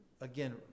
again